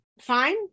Fine